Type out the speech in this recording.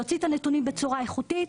להוציא את הנתונים בצורה איכותית.